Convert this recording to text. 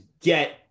get